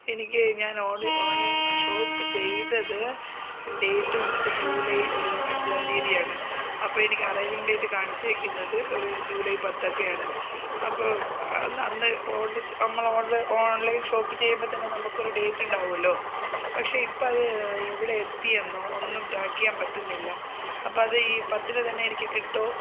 എനിക്ക് ഞാൻ online shop ചെയ്തത് ഡേറ്റ് വന്നിട്ട് ജൂലൈ ഒരു അഞ്ചാം തീയ്യതിയാണ് അപ്പോഴെനിക്ക് അറൈവിങ്ങ് ഡേറ്റ് കാണിച്ചിരിക്കുന്നത് ഒരു ജൂലൈ പത്തൊക്കെയാണ് അപ്പോൾ അന്ന് ഓഡർ നമ്മളെ ഓഡറ് ഓൺലൈൻ ഷോപ്പ് ചെയ്യുമ്പോൾ തന്നെ നമുക്കൊരു ഡേയ്റ്റ് ഉണ്ടാവുമല്ലോ പക്ഷേ ഇപ്പോഴത് എവിടെ എത്തിയെന്നോ ഒന്നും ട്രാക്ക് ചെയ്യാൻ പറ്റുന്നില്ല അപ്പോഴത് ഈ പത്തിന് തന്നെ എനിക്ക് കിട്ടുമോ